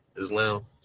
Islam